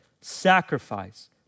sacrifice